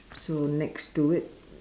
so next to it